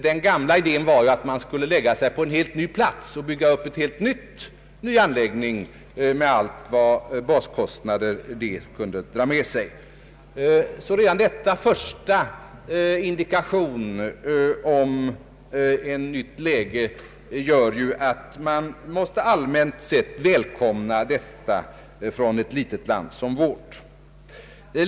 Den tidigare idén att man skulle välja en ny plats och bygga upp en helt ny anläggning skulle dra med sig stora baskostnader. Från ett litet land som vårt måste man allmänt sett välkomna denna första indikation om ett nytt lä ge.